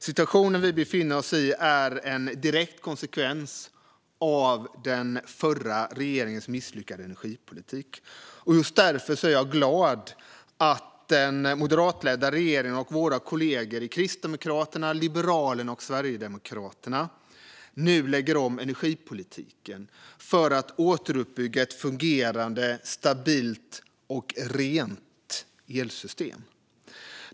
Situationen vi befinner oss i är en direkt konsekvens av den förra regeringens misslyckade energipolitik. Därför är jag glad att den moderatledda regeringen och våra kollegor i Kristdemokraterna, Liberalerna och Sverigedemokraterna nu lägger om energipolitiken för att återuppbygga ett fungerande, stabilt och rent elsystem.